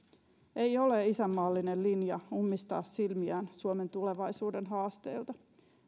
ei ole isänmaallinen linja ummistaa silmiään suomen tulevaisuuden haasteilta